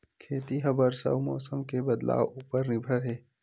खेती हा बरसा अउ मौसम के बदलाव उपर निर्भर हे